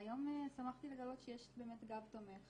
והיום שמחתי לגלות שיש באמת גב תומך